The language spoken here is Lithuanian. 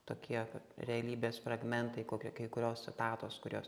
tokie realybės fragmentai kokio kai kurios citatos kur jos